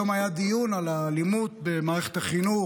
היום היה דיון על האלימות במערכת החינוך.